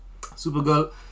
Supergirl